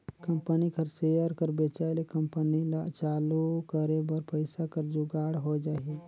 company कर share कर बेंचाए ले कंपनी ल चालू करे बर पइसा कर जुगाड़ होए जाही